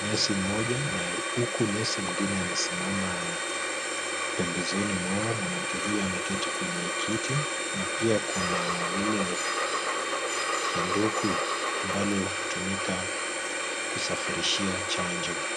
nesi mmoja na huku nesi mwingine amesimama pembezoni mwao. Mwanamke huyo ameketi kwenye kiti na pia kuna lile sanduku ambalo hutumika kusafirishia chanjo.